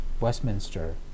Westminster